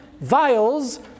vials